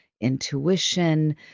intuition